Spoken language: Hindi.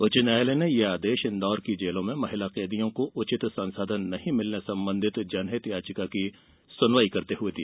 उच्च न्यायालय ने ये आदेश इंदौर की जेलों में महिला कैदियों को उचित संसाधन नहीं मिलने संबंधित जनहित याचिका की सुनवाई करते हुए दिया